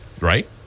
Right